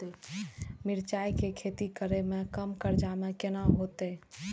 मिरचाय के खेती करे में कम खर्चा में केना होते?